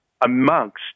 amongst